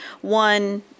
One